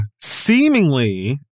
seemingly